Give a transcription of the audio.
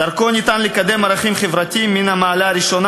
דרכו ניתן לקדם ערכים חברתיים מן המעלה הראשונה,